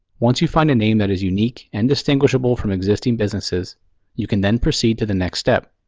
once you find a name that is unique and distinguishable from existing businesses you can then proceed to the next step.